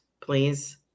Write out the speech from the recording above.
please